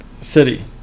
city